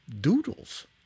doodles